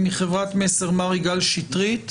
מחברת מסר מר יגאל שטרית